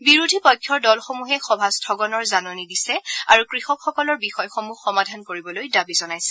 বিৰোধী পক্ষৰ দলসমূহে সভা স্থগনৰ জাননী দিছে আৰু কৃষকসকলৰ বিষয়সমূহ সমাধান কৰিবলৈ দাবী জনাইছে